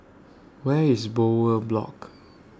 Where IS Bowyer Block